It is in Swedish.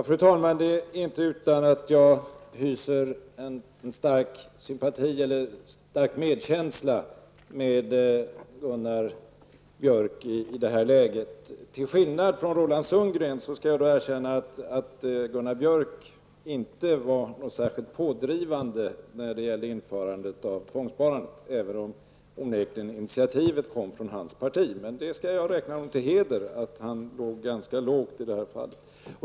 Fru talman! Det är inte utan att jag i det här läget hyser en stark medkänsla med Gunnar Björk. Till skillnad från Roland Sundgren skall jag erkänna att Gunnar Björk inte var särskilt pådrivande vid införandet av tvångssparandet, även om initiativet onekligen kom från hans parti. Men jag skall räkna honom till heder att han i det här fallet låg ganska lågt.